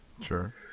Sure